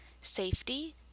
safety